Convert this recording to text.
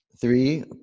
three